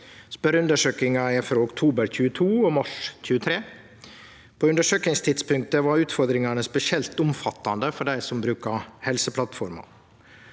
Spørjeundersøkinga er frå oktober 2022 og mars 2023. På undersøkingstidpunktet var utfordringane spesielt omfattande for dei som bruker Helseplattforma.